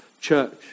church